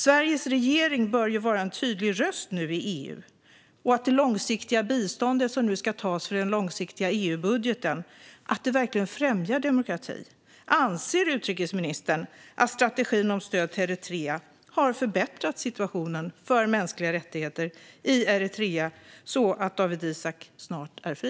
Sveriges regering bör nu vara en tydlig röst i EU så att det långsiktiga bistånd som nu ska tas i den långsiktiga EU-budgeten verkligen främjar demokrati. Anser utrikesministern att strategin om stöd till Eritrea har förbättrat situationen för mänskliga rättigheter i Eritrea så att Dawit Isaak snart är fri?